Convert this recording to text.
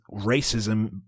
racism